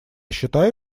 считаю